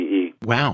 Wow